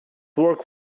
work